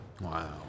Wow